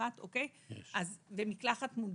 מקלחת ומקלחת מונגשת,